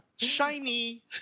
Shiny